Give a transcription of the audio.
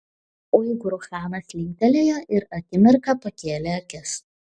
uigūrų chanas linktelėjo ir akimirką pakėlė akis